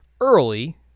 early